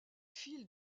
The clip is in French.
fils